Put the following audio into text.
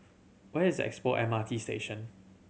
where is Expo M R T Station